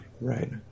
right